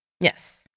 Yes